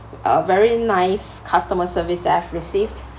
a very nice customer service that I've received